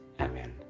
Amen